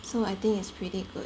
so I think it's pretty good